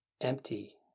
empty